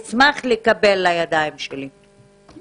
אשמח לקבל לידיים שלי.